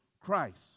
Christ